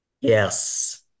Yes